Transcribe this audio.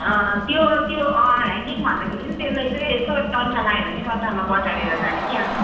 त्यो त्यो ह्याङ्गिङ भन्दाखेरि नि त्यसलाई चाहिँ यसो डन्ठा लायो भने डन्ठामा बटारेर जाने क्या